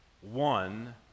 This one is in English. One